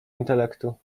intelektu